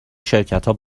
شرکتا